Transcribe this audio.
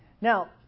Now